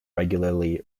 regularly